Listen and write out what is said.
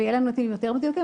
ויהיו לנו נתונים יותר מדויקים.